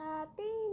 Happy